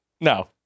No